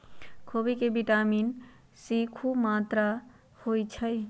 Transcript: खोबि में vitamin C खूब मत्रा होइ छइ